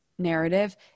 Narrative